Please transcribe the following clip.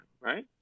right